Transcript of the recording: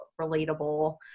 relatable